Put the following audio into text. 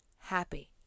happy